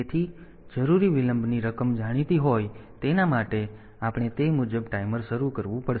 તેથી જરૂરી વિલંબની રકમ જાણીતી હોય તેના માટે આપણે તે મુજબ ટાઈમર શરૂ કરવું પડશે